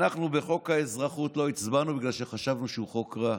אנחנו לא הצבענו בחוק האזרחות בגלל שחשבנו שהוא חוק רע.